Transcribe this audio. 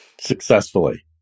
successfully